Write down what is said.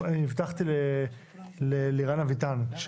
הבטחתי ללירן אביטן,